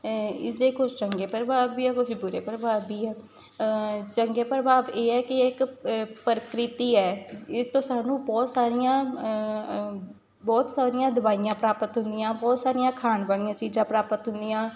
ਇਸਦੇ ਕੁਛ ਚੰਗੇ ਪ੍ਰਭਾਵ ਵੀ ਆ ਕੁਛ ਬੁਰੇ ਪ੍ਰਭਾਵ ਵੀ ਆ ਚੰਗੇ ਪ੍ਰਭਾਵ ਇਹ ਹੈ ਕਿ ਇਹ ਇਕ ਪ੍ਰਕਿਰਤੀ ਹੈ ਇਸ ਤੋਂ ਸਾਨੂੰ ਬਹੁਤ ਸਾਰੀਆਂ ਬਹੁਤ ਸਾਰੀਆਂ ਦਵਾਈਆਂ ਪ੍ਰਾਪਤ ਹੁੰਦੀਆਂ ਬਹੁਤ ਸਾਰੀਆਂ ਖਾਣ ਵਾਲੀਆਂ ਚੀਜ਼ਾਂ ਪ੍ਰਾਪਤ ਹੁੰਦੀਆਂ